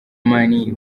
money